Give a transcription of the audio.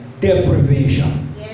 deprivation